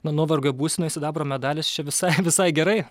na nuovargio būsenoj sidabro medalis čia visai visai gerai